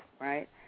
right